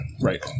right